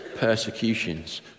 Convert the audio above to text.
persecutions